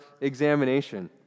examination